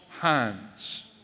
hands